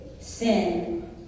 sin